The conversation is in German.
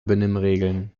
benimmregeln